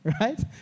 Right